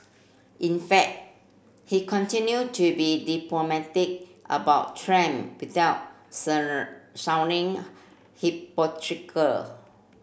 in fact he continued to be diplomatic about Trump without sounding